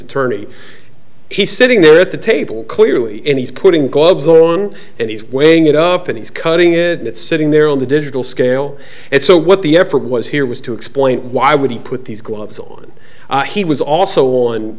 attorney he's sitting there at the table clearly and he's putting gloves on and he's weighing it up and he's cutting it and it's sitting there on the digital scale and so what the effort was here was to explain why would he put these gloves on he was also on